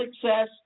success